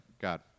God